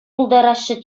пултараҫҫӗ